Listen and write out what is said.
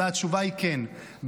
התשובה היא כן,